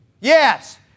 Yes